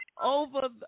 over